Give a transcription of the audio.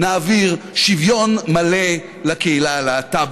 נעביר את ברית הזוגיות,